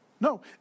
No